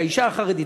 האישה החרדית,